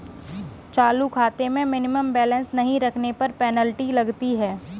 चालू खाते में मिनिमम बैलेंस नहीं रखने पर पेनल्टी लगती है